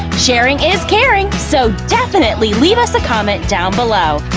sharing is caring, so definitely leave us a comment down below!